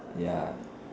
ya